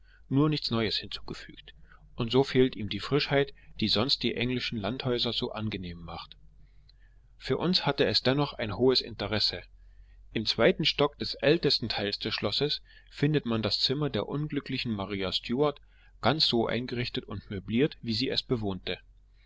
nur nichts neues hinzugefügt und so fehlt ihm die frischheit die sonst die englischen landhäuser so angenehm macht für uns hatte es dennoch ein hohes interesse im zweiten stock des ältesten teils des schlosses findet man das zimmer der unglücklichen maria stuart ganz so eingerichtet und möbliert wie sie es bewohnte